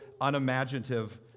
unimaginative